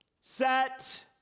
set